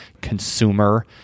consumer